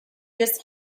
just